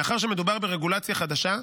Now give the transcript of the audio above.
מאחר שמדובר ברגולציה חדשה,